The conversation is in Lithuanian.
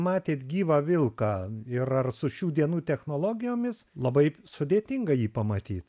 matėt gyvą vilką ir ar su šių dienų technologijomis labai sudėtinga jį pamatyt